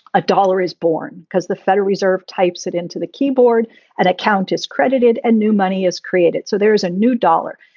a dollar is born because the federal reserve types it into the keyboard at account is credited and new money is created. so there is a new dollar.